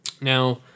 Now